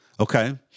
Okay